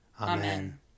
Amen